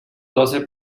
doce